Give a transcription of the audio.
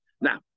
Now